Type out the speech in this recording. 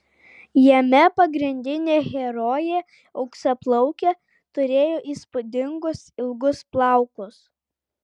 jame pagrindinė herojė auksaplaukė turėjo įspūdingus ilgus plaukus